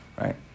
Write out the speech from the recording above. Right